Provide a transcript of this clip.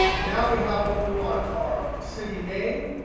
now we have what we want, our city name.